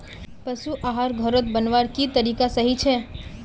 पशु आहार घोरोत बनवार की तरीका सही छे?